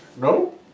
No